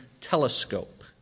telescope